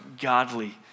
godly